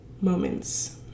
moments